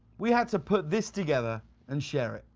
we had to put this together and share it.